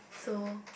so